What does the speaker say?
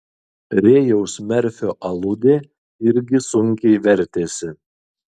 rėjaus merfio aludė irgi sunkiai vertėsi